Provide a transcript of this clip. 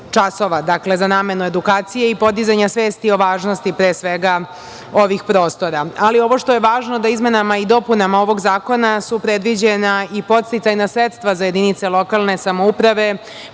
dakle, za namenu edukacije i podizanja svesti o važnosti, pre svega, ovih prostora. Ali, ovo što je važno da izmenama i dopunama ovog zakona su predviđena i podsticajna sredstva za jedinice lokalne samouprave,